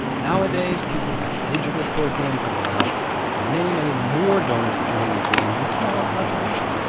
nowadays people have digital programs that allow many, many more donors to get in the game with smaller contributions.